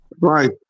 Right